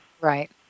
right